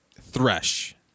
Thresh